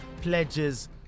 pledges